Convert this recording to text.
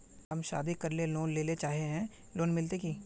हम शादी करले लोन लेले चाहे है लोन मिलते की?